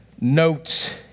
notes